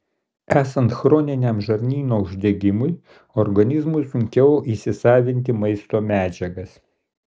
esant chroniniam žarnyno uždegimui organizmui sunkiau įsisavinti maisto medžiagas